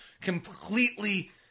completely